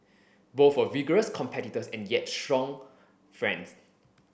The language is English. both were vigorous competitors and yet strong friends